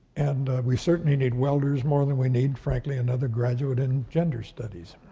and we certainly need welders more than we need, frankly, another graduate in gender studies.